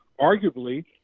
arguably